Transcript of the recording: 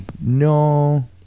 No